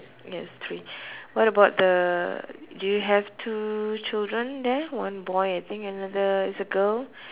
yes three what about the do you have two children there one boy I think another is a girl